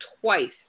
twice